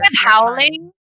howling